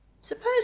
Suppose